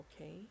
okay